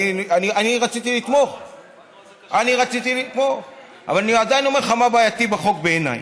אני רציתי לתמוך אבל אני עדיין אומר לך מה בעייתי בחוק בעיניי.